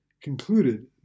concluded